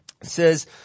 says